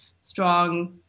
strong